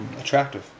attractive